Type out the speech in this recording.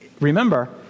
Remember